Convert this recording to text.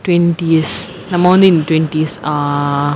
twenties நம்ம வந்து:namma vanthu in twenties err